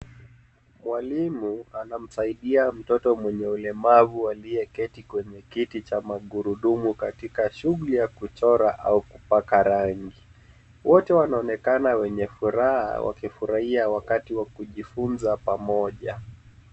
Mwalimu anamsaidia mtoto mwenye ulemavu aliyeketi kwenye kiti cha magurudumu katika shughuli ya kuchora au kupaka rangi. Wote wanaonekana wenye furaha wakifurahia wakati wa kujifunza pamoja.